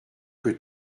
que